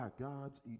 god's